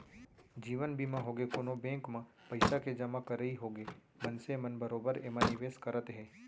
जीवन बीमा होगे, कोनो बेंक म पइसा के जमा करई होगे मनसे मन बरोबर एमा निवेस करत हे